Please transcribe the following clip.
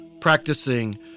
practicing